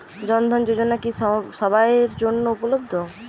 জন ধন যোজনা কি সবায়ের জন্য উপলব্ধ?